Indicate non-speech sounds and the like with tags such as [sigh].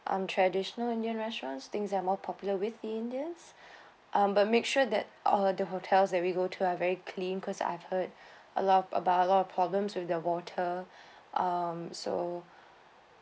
um traditional indian restaurants things are more popular with the indians [breath] um but make sure that all the hotels that we go to are very clean because I've heard [breath] a lot about a lot of problems with the water [breath] um so